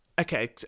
okay